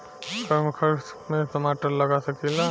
कम खर्च में टमाटर लगा सकीला?